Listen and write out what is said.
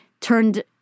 turned